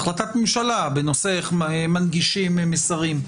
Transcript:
החלטת ממשלה בנושא של איך מנגישים מסרים,